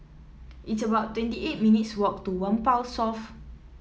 it's about twenty eight minutes walk to Whampoa South